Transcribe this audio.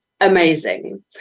amazing